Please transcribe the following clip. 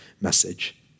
message